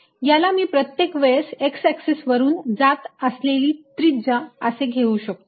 याला मी प्रत्येक वेळेस x ऍक्सिस वरून जात असलेली त्रिज्या असे घेऊ शकतो